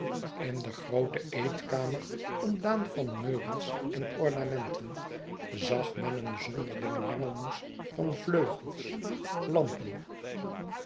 in de groote eetkamer ontdaan van meubels en ornamenten zag men een zonderling mengelmoes van vleugels lampen